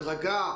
אולי בהדרגה,